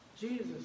Jesus